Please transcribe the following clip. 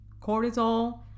cortisol